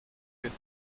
den